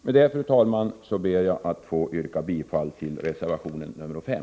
Med detta, fru talman, ber jag att få yrka bifall till reservation nr 5.